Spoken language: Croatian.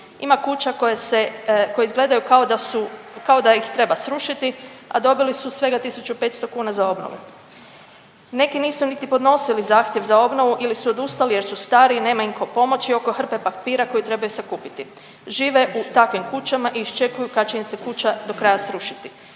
kao da su, kao da ih treba srušiti, a dobili su svega 1.500,00 kn za obnove. Neki nisu niti podnosili zahtjev za obnovu ili su odustali jer su stari i nema im tko pomoći oko hrpe papira koju trebaju sakupiti. Žive u takvim kućama i iščekuju kad će im se kuća do kraja srušiti.